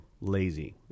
lazy